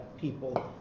people